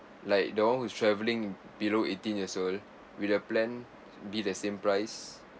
like the one who's traveling below eighteen years old will the plan be the same price